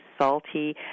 salty